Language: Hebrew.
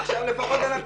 עכשיו לפחות הם ש"ג.